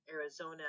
Arizona